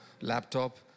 laptop